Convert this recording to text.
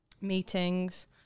meetings